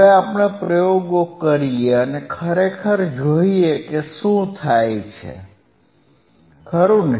હવે આપણે પ્રયોગો કરીએ અને ખરેખર જોઈએ કે શું થાય છે ખરું ને